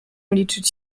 liczyć